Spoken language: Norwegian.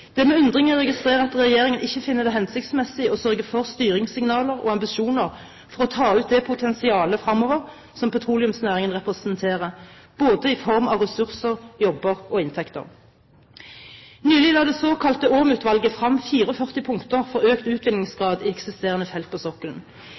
Det er med undring jeg registrerer at regjeringen ikke finner det hensiktsmessig å sørge for styringssignaler og ambisjoner for å ta ut det potensialet fremover som petroleumsnæringen representerer – både i form av ressurser, jobber og inntekter. Nylig la det såkalte Åm-utvalget frem 44 punkter for økt